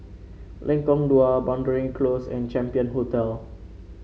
Lengkong Dua Boundary Close and Champion Hotel